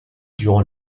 durant